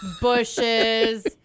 bushes